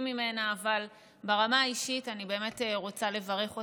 אבל ברמה האישית אני באמת רוצה לברך אותך ומאחלת